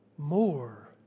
more